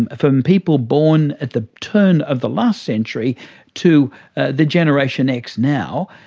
and from people born at the turn of the last century to ah the generation x now,